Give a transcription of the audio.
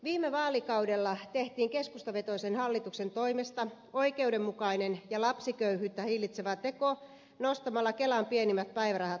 viime vaalikaudella tehtiin keskustavetoisen hallituksen toimesta oikeudenmukainen ja lapsiköyhyyttä hillitsevä teko nostamalla kelan pienimmät päivärahat minimityöttömyysturvan tasolle